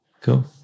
Cool